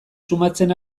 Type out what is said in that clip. sumatzen